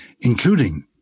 including